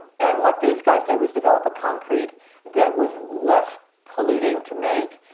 and what these guys did was develop a concrete that was less polluting to make,